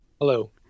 Hello